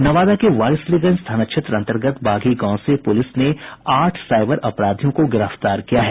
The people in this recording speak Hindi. नवादा के वारिसलीगंज थाना क्षेत्र अन्तर्गत बाघी गांव से पुलिस ने आठ साईबर अपराधियों को गिरफ्तार किया है